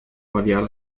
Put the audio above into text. variar